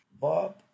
Bob